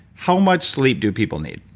how much sleep do people need?